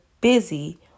busy